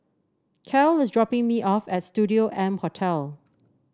Cal is dropping me off at Studio M Hotel